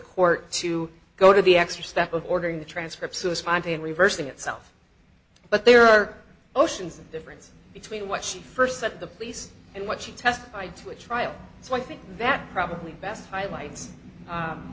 court to go to the extra step of ordering the transcripts suicide and reversing itself but there are oceans of difference between what she first said the police and what she testified to a trial so i think that probably best highlights